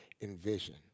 envision